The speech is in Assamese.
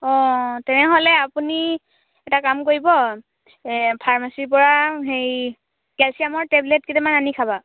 অঁ তেনেহ'লে আপুনি এটা কাম কৰিব ফাৰ্মাচীৰপৰা হেৰি কেলচিয়ামৰ টেবলেট কেইটামান আনি খাবা